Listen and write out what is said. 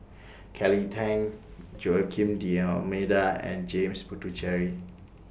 Kelly Tang Joaquim D'almeida and James Puthucheary